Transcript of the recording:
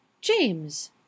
James